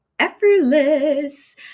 effortless